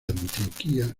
antioquia